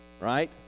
right